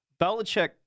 Belichick